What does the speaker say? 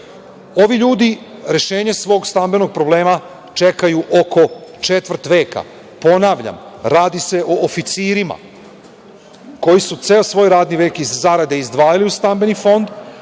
ljudi rešenje svog stambenog problema čekaju oko četvrt veka. Ponavljam, radi se o oficirima koji su ceo svoj radni vek iz zarade izdvajali za Stambeni fond,